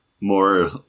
more